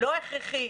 לא הכרחי,